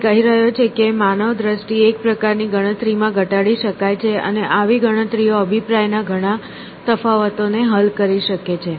તે કહી રહ્યો છે કે માનવ દ્રષ્ટિ એક પ્રકારની ગણતરીમાં ઘટાડી શકાય છે અને આવી ગણતરીઓ અભિપ્રાયના ઘણા તફાવતોને હલ કરી શકે છે